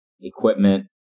equipment